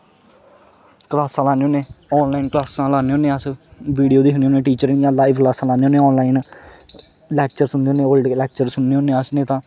क्लासां लान्ने होन्ने आनलाइन क्लासां लान्ने होन्ने अस विडियो दिक्खने होन्ने टीचरें दी लाइव क्लासां लान्ने होन्ने आनलाइन लैक्चर सुनने होन्ने रोज दे लैक्चर सुनने होन्ने अस